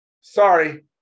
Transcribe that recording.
sorry